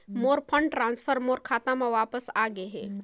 मोर fund transfer मोर खाता म वापस आ गे हे